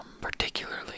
particularly